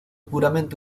puramente